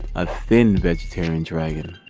a thin vegetarian dragon,